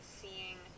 seeing